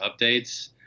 updates